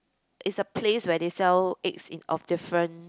it's a place where they sell eggs in of different